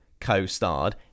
co-starred